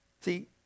See